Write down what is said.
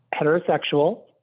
heterosexual